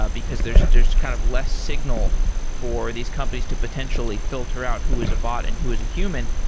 ah because there's there's kind of less signal for these companies to potentially filter out who is a bot and who is a human.